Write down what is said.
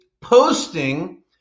posting